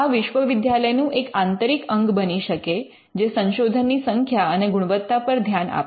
આ વિશ્વવિદ્યાલયનું એક આંતરિક અંગ બની શકે જે સંશોધનની સંખ્યા અને ગુણવત્તા પર ધ્યાન આપે